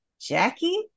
Jackie